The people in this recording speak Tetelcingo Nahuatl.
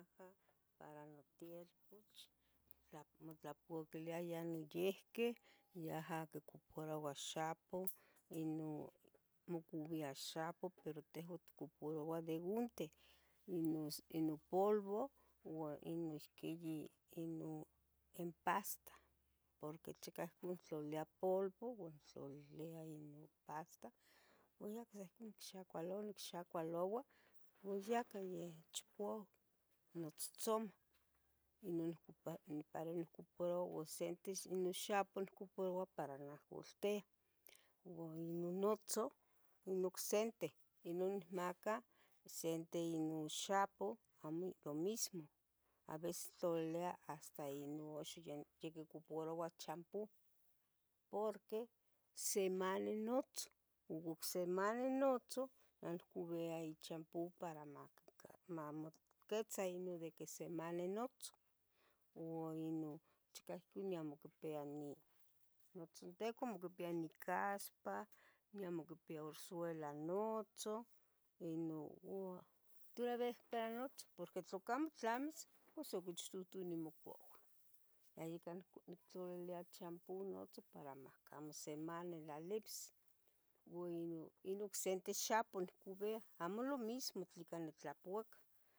Para notlapouac Lea, para naha, para notielpoch mac motlapouilayah noiqui, yaha quipolua xapoh inon mocubia xapo pero tehua tiucuparoua de unte inus ino polvo uan inuxquibi inon en pasta porque chicauac motlalilia polvo ua motlalilia inon pasta uan ya ihquin nicxacoualua, nicxacualoua ua yacah yec chipuaui notzotzomah, inonucupar para inonucuparoua sente inon xapoh nicucuparoua para noiahcoltea ua inonotzo inoc sente nonihmaca sente inon xapoh amo lo mismo, a veces niotlalilia hasta inon uxan ya quiucuparoua champu porque semani notzoh, ocse semani notzohn ohcon nicuia ichampu para mac mamoquitza inon de que semani notzoh ua inon chicaui ihquin amo quipia ni notzonteco, amo quipia ni caspa amo quipia ursuela notzoh inua. Toravia cah notzoh porque tlamo tlamis uan sa quichtutu nimocaua yah icanon nictlalilia champu notzoh para macamo simana tlalibis ua inon. Inoc sente xapo nihcubia amo lo mismo nica nitlapouacah